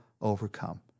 overcome